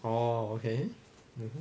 orh okay hmm